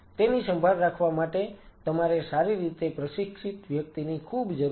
તેની સંભાળ રાખવા માટે તમારે સારી રીતે પ્રશિક્ષિત વ્યક્તિની ખૂબ જરૂર હોય છે